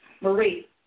Marie